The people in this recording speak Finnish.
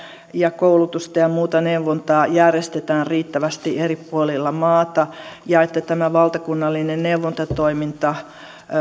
ja että koulutusta ja ja muuta neuvontaa järjestetään riittävästi eri puolilla maata ja että tämä valtakunnallinen neuvontatoiminta